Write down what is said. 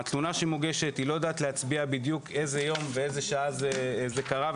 התלונה שמוגשת לא יודעת להצביע בדיוק באיזה יום ובאיזה שעה זה קרה,